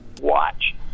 Watch